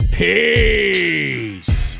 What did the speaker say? Peace